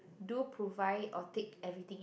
do provide or take everything